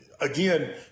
again